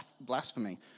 blasphemy